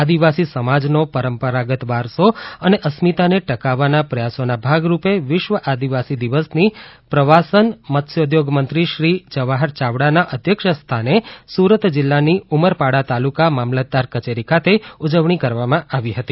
આદિવાસી સમાજનો પરંપરાગત વારસો અને અસ્મિતાને ટકાવવાના પ્રયાસોના ભાગરૂપે વિશ્વ આદિવાસી દિવસ ની પ્રવાસન મત્સ્યોદ્યોગમંત્રીશ્રી જવાહર યાવડાના અધ્યક્ષસ્થાને સુરત જિલ્લાની ઉમરપાડા તાલુકા મામલતદાર કચેરી ખાતે ઉજવણી કરવામાં આવી હતી